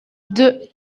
deux